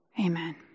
amen